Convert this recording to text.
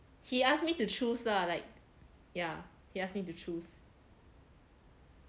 he ask me to choose lah like ya he ask me to choose